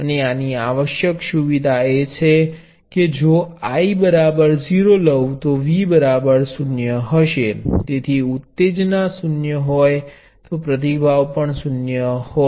અને આની આવશ્યક સુવિધા એ છે કે જો I0 લઉ તો V 0 હશે તેથી ઉત્તેજના શૂન્ય હોય તો પ્રતિભાવ પણ શૂન્ય હશે